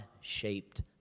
shaped